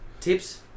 Tips